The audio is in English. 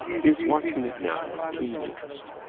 he is watching it now with keen interest.